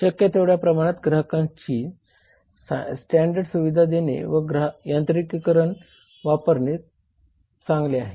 शक्य तेवढ्या प्रमाणात ग्राहकांसाठी स्टॅंडर्ड सुविधा देणे व यांत्रिकीकरण वापर करणे चांगले आहे